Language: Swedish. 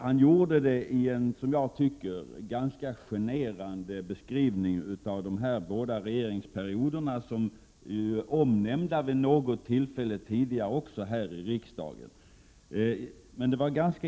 Jag tycker att Kjell-Olof Feldt på ett ganska genant sätt beskrev de senaste två regeringsperioderna, som ju omnämnts vid några tillfällen här i riksdagen.